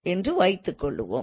என்று வைத்துக்கொள்வோம்